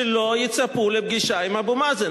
שלא יצפו לפגישה עם אבו מאזן.